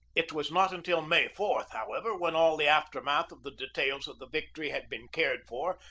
it was not until may four, however, when all the aftermath of the details of the victory had been cared for,